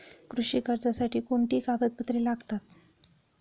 कृषी कर्जासाठी कोणती कागदपत्रे लागतात?